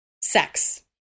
sex